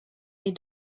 est